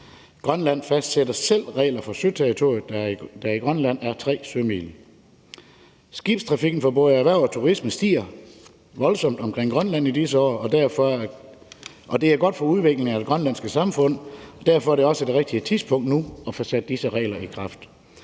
Grønland fastsætter selv regler for søterritoriet, der i Grønland er 3 sømil. Skibstrafikken for både erhverv og turisme stiger voldsomt omkring Grønland i disse år, og det er godt for udviklingen af det grønlandske samfund. Derfor er det også det rigtige tidspunkt nu at få sat disse regler i kraft.